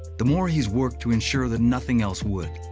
the more he's worked to ensure that nothing else would,